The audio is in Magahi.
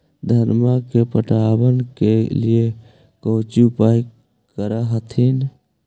धनमा के पटबन के लिये कौची उपाय कर हखिन?